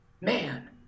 Man